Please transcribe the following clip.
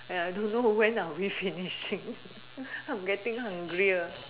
ya I don't know when are we finishing I'm getting hungrier